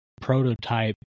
prototype